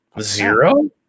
zero